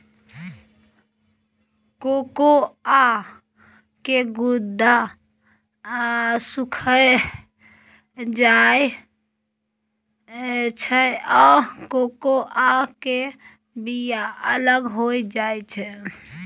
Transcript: cocoa के गुद्दा सुइख जाइ छइ आ कोकोआ के बिया अलग हो जाइ छइ